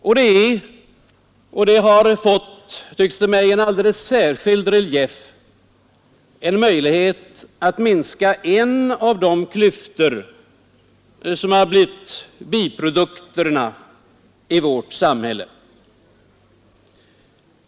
Och det är — och detta har fått, tycks det mig, en alldeles särskild relief — en möjlighet att minska en av de klyftor som har blivit biprodukterna i vårt samhälle.